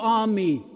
army